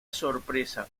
sorpresa